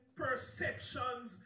perceptions